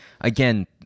again